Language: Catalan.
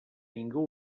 ningú